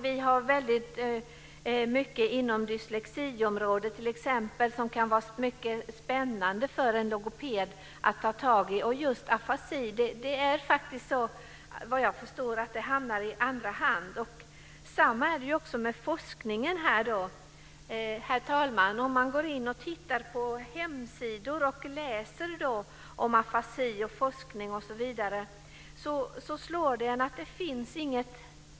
Vi har väldigt mycket inom dyslexiområdet t.ex. som kan vara spännande för en logoped att ta tag i. Afasi hamnar, vad jag förstår, i andra hand. Likadant är det med forskningen. Herr talman! Om man går in och tittar på hemsidor och läser om afasi och forskning osv. slår det en att det inte finns något